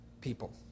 people